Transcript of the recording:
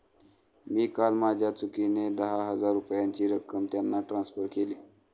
मी काल माझ्या चुकीने दहा हजार रुपयांची रक्कम त्यांना ट्रान्सफर केली